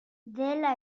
dela